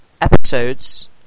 episodes